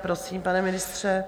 Prosím, pane ministře.